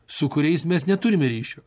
su kuriais mes neturime ryšio